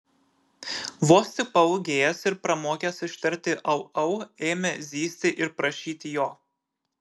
vos tik paūgėjęs ir pramokęs ištarti au au ėmė zyzti ir prašyti jo